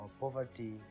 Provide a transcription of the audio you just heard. poverty